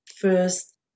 first